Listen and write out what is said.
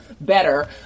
better